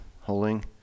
holding